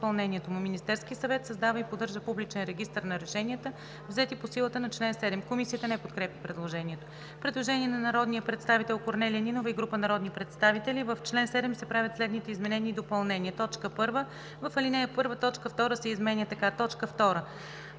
Министерският съвет създава и подържа публичен регистър на решенията, взети по силата на чл. 7.“ Комисията не подкрепя предложението. Предложение от народния представител Корнелия Нинова и група народни представители: „В чл. 7 се правят следните изменения и допълнения: 1. В ал. 1 т. 2 се изменя така: 2.